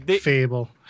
Fable